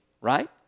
right